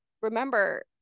remember